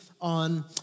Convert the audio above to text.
on